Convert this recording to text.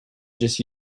just